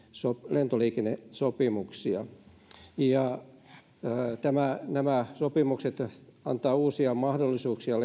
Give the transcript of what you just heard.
lentoliikennesopimuksia nämä sopimukset antavat uusia mahdollisuuksia